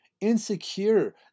insecure